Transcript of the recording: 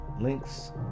links